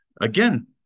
Again